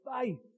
faith